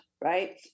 right